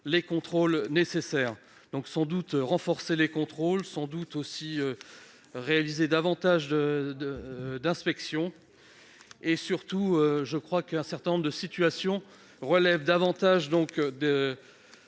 les contrôles nécessaires. Il faudra sans doute renforcer les contrôles, mais aussi réaliser davantage d'inspections. Surtout, il faut admettre qu'un certain nombre de situations relèvent davantage